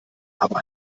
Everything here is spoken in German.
aber